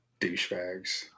Douchebags